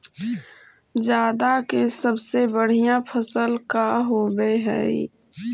जादा के सबसे बढ़िया फसल का होवे हई?